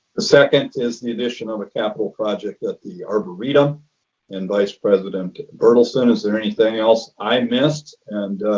the second is the addition of a capital project at the arboretum and vice president berthelsen is there anything else i missed? and